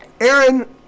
Aaron